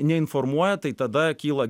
neinformuoja tai tada kyla